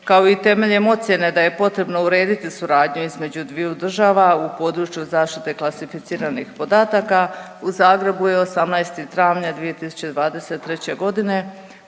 kao i temeljem ocijene da je potrebno urediti suradnju između dviju država u području zaštite klasificiranih podataka, u Zagrebu je 18. travnja 2023. g.